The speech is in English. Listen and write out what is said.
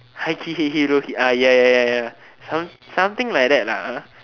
high key hate him low key ah ya ya ya some something like that lah ah